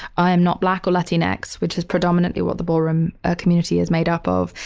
i am not black or latinx, which is predominantly what the ballroom ah community is made up of.